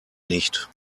nicht